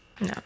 No